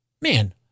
Man